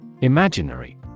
Imaginary